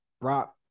brought